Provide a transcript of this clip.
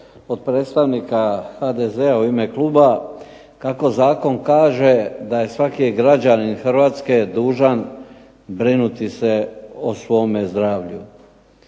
od predstavnika HDZ-a u ime kluba kako zakon kaže da je svaki građanin Hrvatske dužan brinuti se o svome zdravlju.